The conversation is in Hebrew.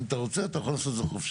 אם אתה רוצה אתה יכול לעשות את זה חופשי.